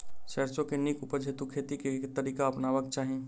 सैरसो केँ नीक उपज हेतु खेती केँ केँ तरीका अपनेबाक चाहि?